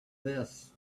this